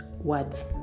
words